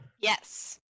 yes